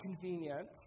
convenient